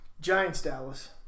Giants-Dallas